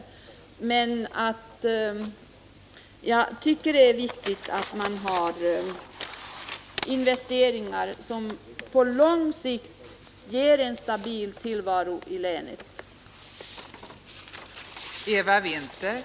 Jag vill avsluta med att säga att det är viktigt att det görs investeringar som på lång sikt ger en stabil tillvaro i Norrbottens län.